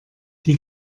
die